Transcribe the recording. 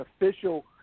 official